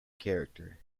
character